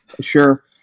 sure